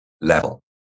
level